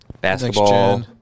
Basketball